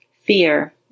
Fear